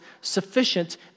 sufficient